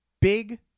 big